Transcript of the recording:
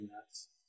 nuts